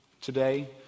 today